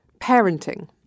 parenting